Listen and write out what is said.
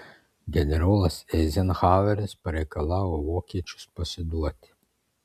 generolas eizenhaueris pareikalavo vokiečius pasiduoti